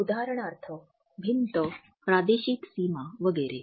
उदाहरणार्थ भिंत प्रादेशिक सीमा वगैरे